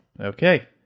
Okay